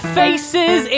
faces